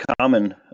common